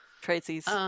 Tracy's